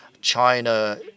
China